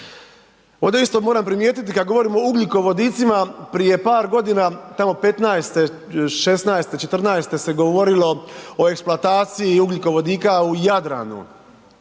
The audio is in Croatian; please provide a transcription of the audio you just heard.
Ovdje isto moram primijetiti kad govorimo o ugljikovodicima, prije par godina, tamo '15., '16., '14. se govorilo o eksploatacija ugljikovodika u Jadranu.